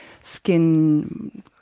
skin